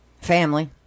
Family